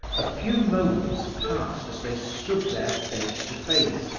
a few moments passed as they stood there face to face,